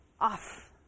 off